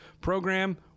program